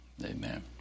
Amen